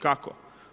Kako?